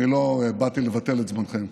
אני לא באתי לבטל את זמנכם,